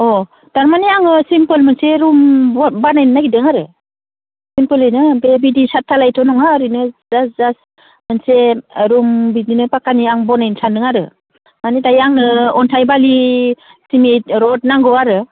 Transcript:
अ थारमाने आङो सिमफोल मोनसे रुम बानायनो नागिरदों आरो सिमफोलैनो ओमफ्राय बिदि सात धालायथ' नङा ओरैनो जास्ट जास्ट मोनसे रुम बिदिनो फाखानि आं बनायनो सानदों आरो मानि दायो आंनो अन्थाइ बालि सिमेन्ट रड नांगौ आरो